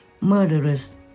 murderous